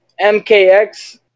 MKX